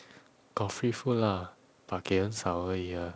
got free food lah but 给少而已 lah